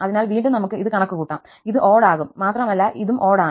അതിനാൽ വീണ്ടും നമുക് ഇത് കണക്കുകൂട്ടാം ഇത് ഓട് ആകും മാത്രമല്ല ഇതും ഓട് ആണ്